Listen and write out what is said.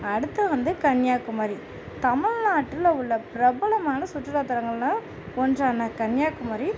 அடுத்து வந்து கன்னியாகுமரி தமிழ்நாட்டில் உள்ள பிரபலமான சுற்றுலாத்தளங்கள்னால் ஒன்றான கன்னியாகுமரி